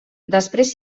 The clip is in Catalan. després